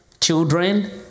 children